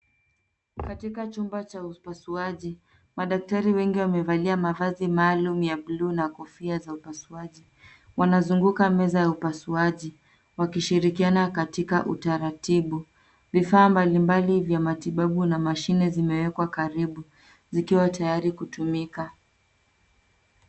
Katika chumba cha upasuaji. Madaktari wengi wamevalia mavazi maalum ya buluu na kofia za upasuaji. Wanazunguka meza ya upasuaji wakishirikiana katika utaratibu. Vifaa mbalimbali vya matibabu na mashine zimewekwa karibu vikiwa tayari kutumika.